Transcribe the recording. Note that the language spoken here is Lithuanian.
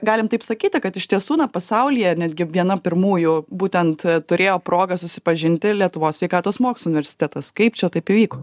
galim taip sakyti kad iš tiesų na pasaulyje netgi viena pirmųjų būtent turėjo progą susipažinti lietuvos sveikatos mokslų universitetas kaip čia taip įvyko